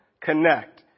connect